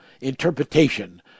interpretation